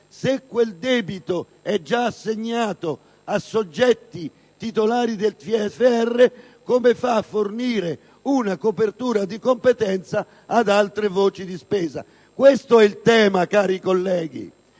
se quel debito è già assegnato a soggetti titolari del TFR, come fa a fornire una copertura di competenza ad altre voci di spesa? Questo è il tema, cari colleghi,